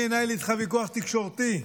אני אנהל איתך ויכוח תקשורתי,